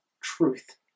truth